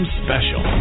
special